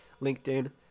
LinkedIn